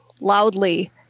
loudly